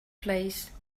place